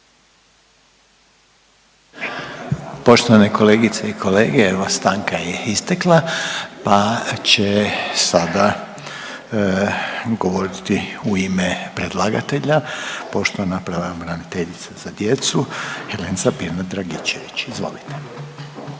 Poštovane kolegice i kolege evo stanka je istekla pa će sada govoriti u ime predlagatelja poštovana pravobraniteljica za djecu Helenca Pirnat Dragičević. Izvolite.